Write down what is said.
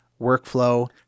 workflow